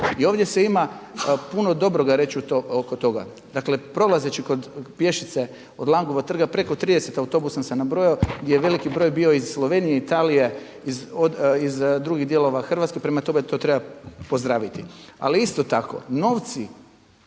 I ovdje se ima puno dobroga reći oko toga. Dakle, prolazeći pješice od Langovog trga preko 30 autobusa sam nabrojao gdje je veliki broj bio iz Slovenije, Italije, iz drugi dijelova Hrvatske. Prema tome, to treba pozdraviti. Ali isto tako novci